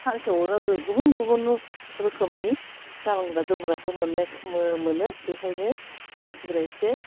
सानसेआवनो गुबुन गुबुन रोखोमनि गानग्रा जोमग्रा गोमोरनाय मो मोनो बेखायनो मानसिफ्रा एसे